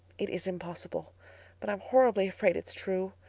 it is impossible but i am horribly afraid it's true.